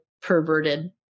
perverted